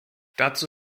dazu